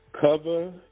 Cover